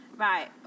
Right